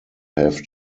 have